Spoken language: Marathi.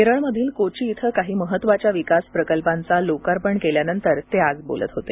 केरळमधील कोची इथं काही महत्त्वाच्या विकास प्रकल्पांचा लोकार्पण केल्यानंतर ते आज बोलत होते